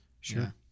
Sure